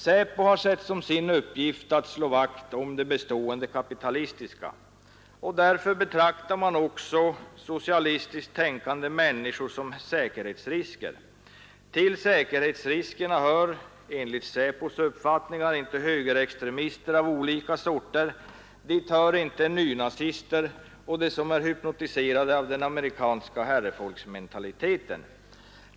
SÄPO har sett som sin uppgift att slå vakt om det bestående kapitalistiska samhället, och därför betraktar man socialistiskt tänkande människor som säkerhetsrisker. Till säkerhetsriskerna hör — enligt SÄPO:s uppfattning — inte högerextremister av olika sorter, dit hör inte nynazister och de som är hypnotiserade av den amerikanska herrefolksmentaliteten.